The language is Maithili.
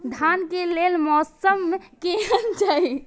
धान के लेल मौसम केहन चाहि?